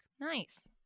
Nice